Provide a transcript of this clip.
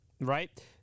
right